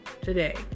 today